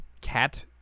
cat